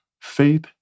Faith